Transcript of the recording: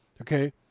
okay